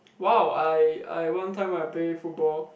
!wow! I I one time I play football